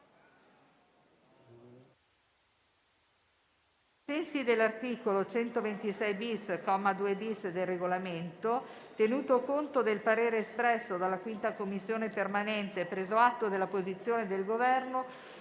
sensi dell'articolo 126-*bis,* comma 2-*bis,* del Regolamento, tenuto conto del parere espresso dalla 5a Commissione permanente e preso atto della posizione del Governo,